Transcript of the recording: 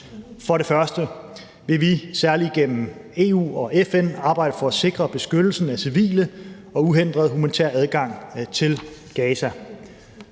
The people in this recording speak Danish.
For det første vil vi særlig gennem EU og FN arbejde for at sikre beskyttelsen af civile og uhindret humanitær adgang til Gaza.